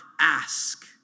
ask